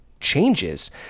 changes